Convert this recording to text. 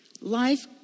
life